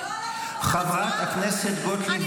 אבל לא, לא היה לה מסך.